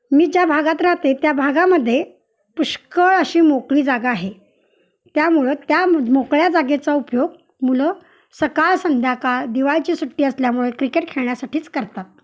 मी ज्या भागात राहते त्या भागामध्ये पुष्कळ अशी मोकळी जागा आहे त्यामुळं त्या मोकळ्या जागेचा उपयोग मुलं सकाळ संध्याकाळ दिवाळीची सुट्टी असल्यामुळे क्रिकेट खेळण्यासाठीच करतात